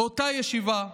באותה ישיבה,